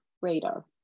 radar